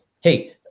hey